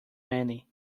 many